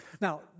now